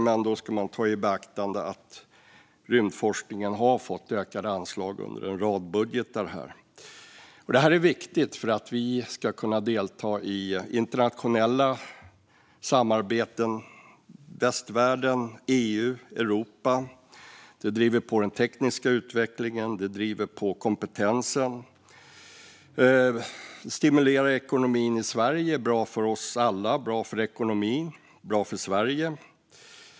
Men då ska man ta i beaktande att rymdforskningen har fått ökade anslag i en rad budgetar. Detta är viktigt för att vi ska kunna delta i internationella samarbeten - i västvärlden, EU och Europa. Det driver på den tekniska utvecklingen, det driver på kompetensen, det stimulerar ekonomin i Sverige och det är bra för oss alla, för ekonomin och för Sverige.